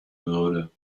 würde